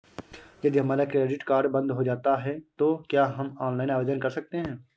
यदि हमारा credit card बंद हो जाता है तो क्या हम ऑनलाइन आवेदन कर सकते हैं?